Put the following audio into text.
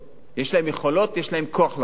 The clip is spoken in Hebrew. יש להם יכולות, יש להם כוח לעשות את זה.